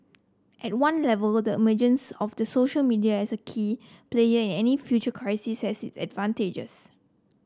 at one level the emergence of the social media as a key player in any future crisis has its advantages